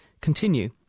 continue